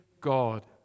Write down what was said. God